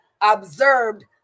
observed